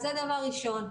אז זה דבר ראשון.